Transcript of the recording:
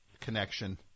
connection